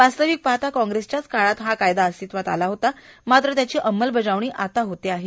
वास्तविक पाहता काँग्रेसच्याच कार्यकाळात हा कायदा अस्तित्वात आला होता मात्र त्याची अंमलबजावणी आता होत आहे